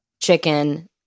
chicken